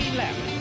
left